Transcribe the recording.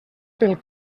pel